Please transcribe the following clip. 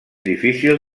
difícil